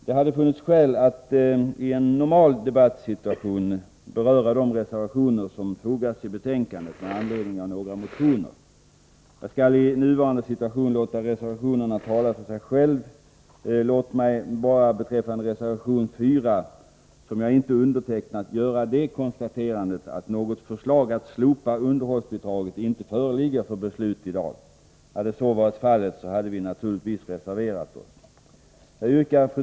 Det hade funnits skäl att i en normal debatt beröra de reservationer som fogats till betänkandet med anledning av några motioner. Jag skall i nuvarande situation låta reservationerna tala för sig själva. Låt mig bara beträffande reservation 4, som jag inte undertecknat, göra det konstaterandet att något förslag att slopa underhållsbidraget inte föreligger för beslut i dag. Hade så varit fallet hade vi i folkpartiet naturligtvis reserverat OSS. Fru talman!